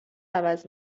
عوض